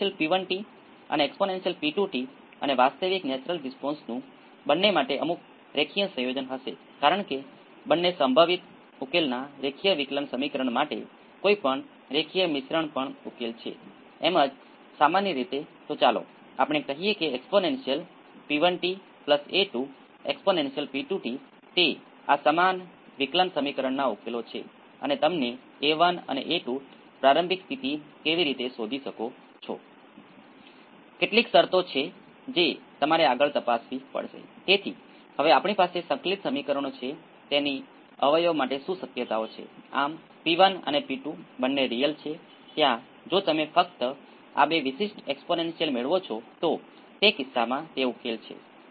તેથી તમારી પાસે કેપેસિટરના વોલ્ટેજ હોઈ શકે છે ત્યાં લાગુ કરેલ વોલ્ટેજ કરતાં ઘણા વધારે છે કારણ કે આ કિસ્સામાં રેઝિસ્ટન્સ શું છે હા ખૂબ જ ઓછી ફ્રિક્વન્સી 0 અને ખૂબ જ ઊંચી ફ્રિક્વન્સી છે તે જોવા માટે કે તે ક્યાંથી બદલાય છે અને જ્યાં તે ખૂબ ઓછી ફ્રીક્વન્સીઝ પર બદલાય છે તે 0 ખૂબ ઊંચી ફ્રીક્વન્સી 0 શા માટે આ પાઇ નો ફેઝ શું છે અને 1 ઓવર વર્ગમૂળમાં L C માઇનસનો ફેઝ શું છેમાઇનસ 5 બાય તે એક કાલ્પનિક સંખ્યા 1 ઓવર j ω CR છે